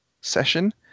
session